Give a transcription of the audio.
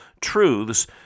truths